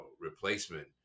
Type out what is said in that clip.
replacement